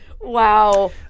Wow